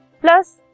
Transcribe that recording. plus